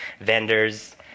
vendors